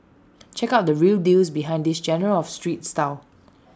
check out the real deals behind this genre of street style